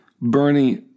Bernie